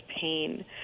pain